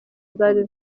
zari